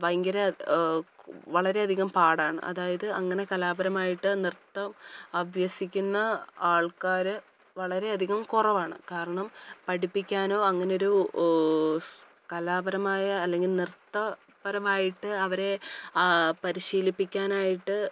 ഭയങ്കര വളരെ അധികം പാടാണ് അതായത് അങ്ങനെ കലാപരമായിട്ട് നൃത്തം അഭ്യസിക്കുന്ന ആൾക്കാര് വളരെയധികം കുറവാണ് കാരണം പഠിപ്പിക്കാനോ അങ്ങനെയൊരു കലാപരമായ അല്ലെങ്കില് നൃത്ത പരമായിട്ട് അവരെ പരിശീലിപ്പിക്കാനായിട്ട്